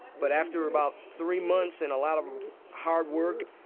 but after about three months and a lot of hard work,